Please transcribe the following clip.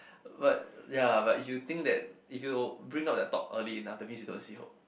but ya but if you think that if you bring out that thought early enough that means you don't see hope